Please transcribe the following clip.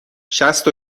شصت